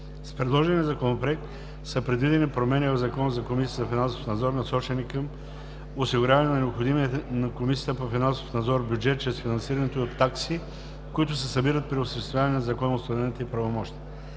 С предложения Законопроект са предвидени промени в Закона за Комисията за финансов надзор, насочени към осигуряване на необходимия на Комисията за финансов надзор бюджет чрез финансирането ѝ от такси, които се събират при осъществяване на законоустановените ѝ правомощия.